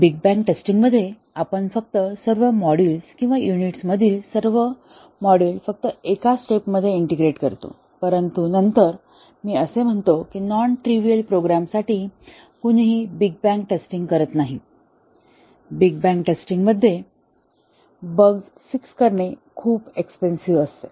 big bang testing मध्ये आपण फक्त सर्व मॉड्यूल्स किंवा युनिट्स मधील सर्व मॉड्यूल फक्त एका स्टेपमध्ये इंटिग्रेट करतो परंतु नंतर मी असे म्हणालो की नॉन ट्रीव्हीएल प्रोग्रामसाठी कोणीही बिग बँग टेस्टिंग करत नाही बिग बँग टेस्टिंगमध्ये बग्स फिक्स करणे खूप एक्सपेन्सिव्ह होईल